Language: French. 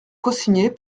cosigné